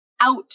out